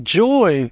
joy